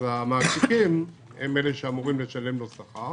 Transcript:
המעסיקים אמורים לשלם לו שכר